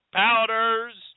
powders